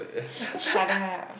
shut up